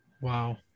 Wow